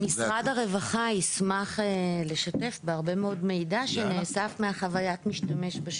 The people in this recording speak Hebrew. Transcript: משרד הרווחה ישמח לשתף בהרבה מאוד מידע שנאסף מחוויית המשתמש בשטח.